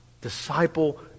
Disciple